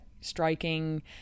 striking